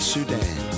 Sudan